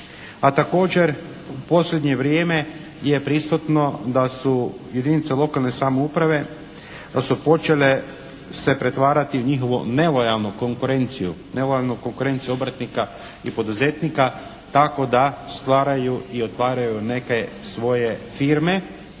a također u posljednje vrijeme je prisutno da su jedinice lokalne samouprave da su počele se pretvarati u njihovu nelojalnu konkurenciju, nelojalnu konkurenciju obrtnika i poduzetnika tako da stvaraju i otvaraju neke svoje firme.